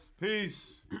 Peace